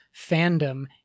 fandom